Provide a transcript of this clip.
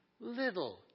little